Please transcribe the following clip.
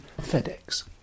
FedEx